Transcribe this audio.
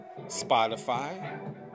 Spotify